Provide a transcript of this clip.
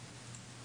אני מבקשת מרוני